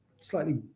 slightly